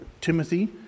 Timothy